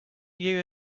you